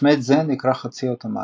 מצמד זה נקרא חצי אוטומטי.